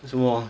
什么